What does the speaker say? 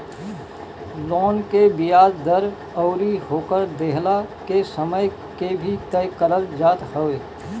loan के बियाज दर अउरी ओकर देहला के समय के भी तय करल जात हवे